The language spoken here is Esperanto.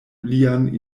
lian